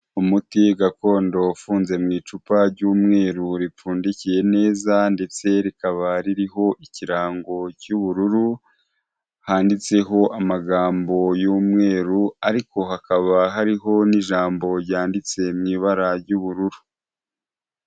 Umuti gakondo ufunze mu icupa ry'umweru ripfundikiye neza, ndetse rikaba ririho ikirango cy'ubururu handitseho amagambo y'umweru, ariko hakaba hariho n'ijambo ryanditse mu'ibara ry'ubururu.